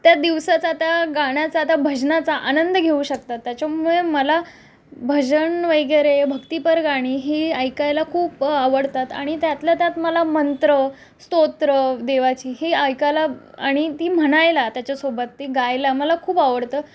त्या दिवसाचा त्या गाण्याचा त्या भजनाचा आनंद घेऊ शकता त्याच्यामुळे मला भजन वगैरे भक्तिपर गाणी ही ऐकायला खूप आवडतात आणि त्यातल्या त्यात मला मंत्र स्तोत्रं देवाची ही ऐकायला आणि ती म्हणायला त्याच्यासोबत ती गायला मला खूप आवडतं